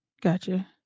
Gotcha